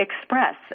express